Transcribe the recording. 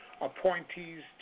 appointees